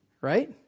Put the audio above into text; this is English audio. right